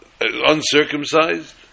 uncircumcised